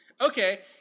Okay